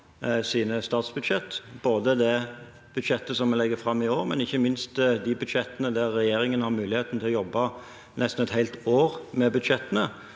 sine statsbudsjett, både det budsjettet som vi legger fram i år, og ikke minst de budsjettene som regjeringen har muligheten til å jobbe nesten et helt år med, slik